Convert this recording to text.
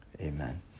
amen